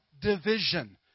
division